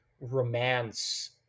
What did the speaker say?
romance